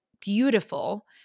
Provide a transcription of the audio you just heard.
beautiful